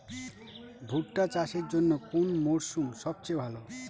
ভুট্টা চাষের জন্যে কোন মরশুম সবচেয়ে ভালো?